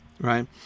right